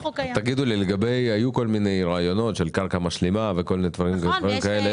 היו כל מיני רעיונות של קרקע משלימה וכל מיני דברים כאלה,